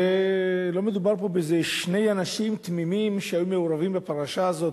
ולא מדובר פה באיזה שני אנשים תמימים שהיו מעורבים בפרשה הזאת,